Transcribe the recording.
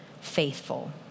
faithful